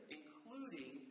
including